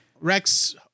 Rex